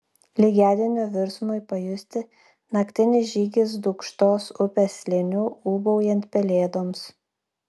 lygiadienio virsmui pajusti naktinis žygis dūkštos upės slėniu ūbaujant pelėdoms